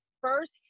first